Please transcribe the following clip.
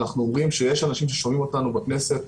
אנחנו אומרים שיש אנשים ששומעים אותנו בכנסת,